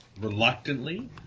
reluctantly